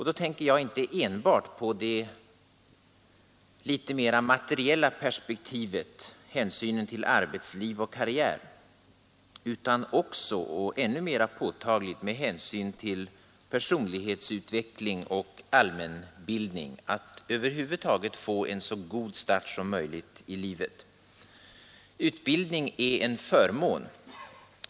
Då tänker jag inte enbart på det lite mer materiella perspektivet, hänsynen till arbetsliv och karriär, utan också på personlighetsutveckling och allmänbildning, att över huvud taget få en så god start som möjligt i livet. Utbildning är en förmån.